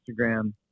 instagram